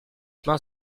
pain